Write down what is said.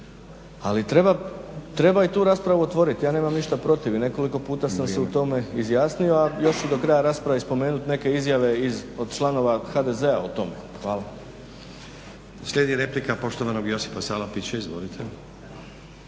ali treba i tu raspravu otvoriti. Ja nemam ništa protiv i nekoliko puta sam se u tome izjasnio, a još ću do kraja rasprave spomenut neke izjave od članova HDZ-a o tome. Hvala. **Stazić, Nenad (SDP)** Slijedi replika poštovanog Josipa Salapića, izvolite.